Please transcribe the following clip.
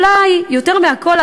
אולי יותר מכול,